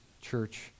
church